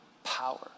power